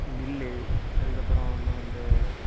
mill அதுக்கப்புறம் இன்னும் இந்த